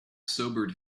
sobered